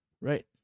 Right